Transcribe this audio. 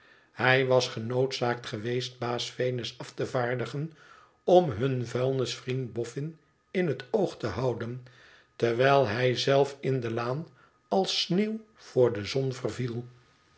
hij was genoodzaakt geweest baas venus af te vaardigen om hun vuilnisvriend boffin in het oog te houden terwijl hij zelf in de laan als sneeuw voor de zon verviel